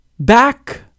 Back